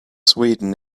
sweden